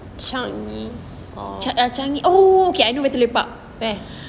changi uh changi oh I know where to lepak